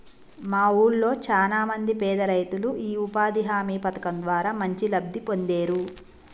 మా వూళ్ళో చానా మంది పేదరైతులు యీ ఉపాధి హామీ పథకం ద్వారా మంచి లబ్ధి పొందేరు